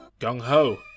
gung-ho